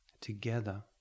together